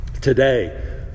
Today